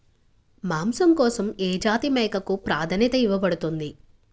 మాంసం కోసం ఏ జాతి మేకకు ప్రాధాన్యత ఇవ్వబడుతుంది?